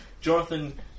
Jonathan